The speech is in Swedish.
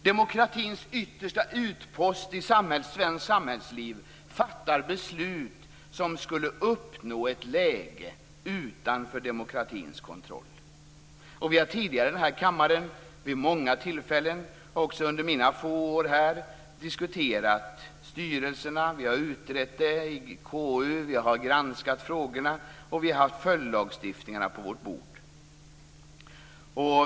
Demokratins yttersta utpost i svenskt samhällsliv fattar beslut som innebär att man uppnår ett läge utanför demokratins kontroll. Vi har tidigare i denna kammare vid många tillfällen, också under mina få år här, diskuterat styrelserna. Vi har utrett dem i KU. Vi har granskat frågorna. Vi har haft följdlagstiftningarna på vårt bord.